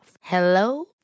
Hello